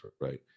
right